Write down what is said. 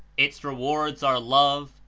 its rewards are love,